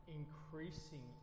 increasing